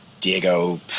Diego